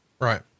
Right